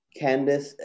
Candice